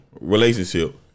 relationship